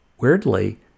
weirdly